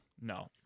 No